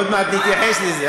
עוד מעט נתייחס לזה.